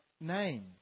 name